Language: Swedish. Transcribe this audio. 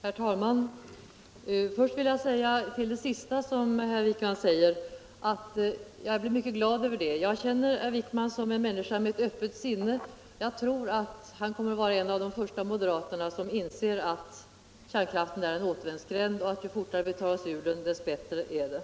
Herr talman! Först vill jag som svar på det senaste som herr Wijkman här yttrade säga att jag blev mycket glad över det. Jag känner herr Wijkman som en människa med öppet sinne, och jag tror därför att han kommer att bli en av de första moderater som inser att kärnkraftens användning är en återvändsgränd och att ju fortare vi tar oss ut ur den, desto bättre är det.